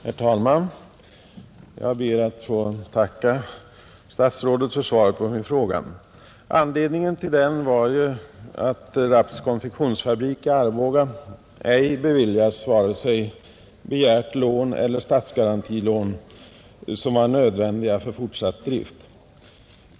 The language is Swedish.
Herr talman! Jag ber att få tacka statsrådet för svaret på min fråga. Anledningen till den var att Rapps konfektionsfabrik i Arboga ej beviljats vare sig begärt lån eller statsgarantilån, som var nödvändiga för fortsatt drift.